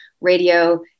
radio